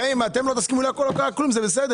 זגם אם אתם לא תסכימו לכל, לא קרה כלום, זה בסדר.